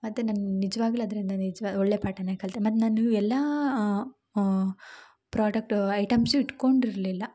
ಮತ್ತು ನಂಗೆ ನಿಜವಾಗ್ಲುಅದರಿಂದ ನಿಜ್ವಾ ಒಳ್ಳೇ ಪಾಠ ಕಲಿತೆ ಮತ್ತು ನಾನು ಎಲ್ಲ ಆ ಪ್ರಾಡಕ್ಟ್ ಐಟೆಮ್ಸು ಇಟ್ಕೊಂಡಿರಲಿಲ್ಲ